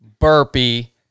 burpee